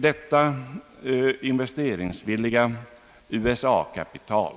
Detta investeringsvilliga USA-kapital